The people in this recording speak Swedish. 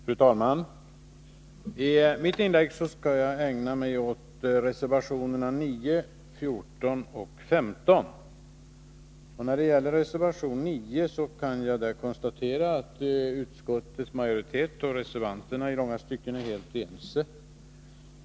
Fru talman! I mitt inlägg skall jag ägna mig åt reservationerna 9, 14 och 15. När det gäller reservation 9 kan jag konstatera att utskottets majoritet och reservanterna i långa stycken är helt ense.